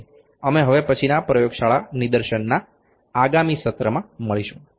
તેથી અમે હવે પછી ના પ્રયોગશાળા નિદર્શનમાં આગામી સત્રમાં મળીશું